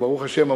וברוך השם,